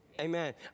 Amen